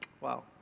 Wow